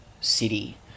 city